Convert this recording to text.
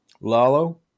Lalo